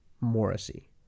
Morrissey